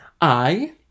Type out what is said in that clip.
I